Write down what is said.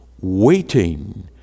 waiting